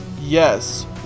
yes